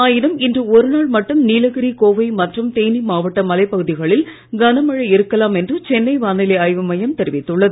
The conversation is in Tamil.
ஆயினும் இன்று ஒரு நாள் மட்டும் நீலகிரி கோவை மற்றும் தேனி மாவட்ட மலைப் பகுதிகளில் கனமழை இருக்கலாம் என்று சென்னை வானிலை ஆய்வு மையம் தெரிவித்துள்ளது